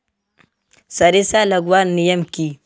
सरिसा लगवार नियम की?